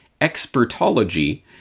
expertology